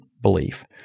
belief